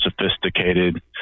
sophisticated